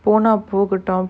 போனா போகட்டும்:ponaa pogattum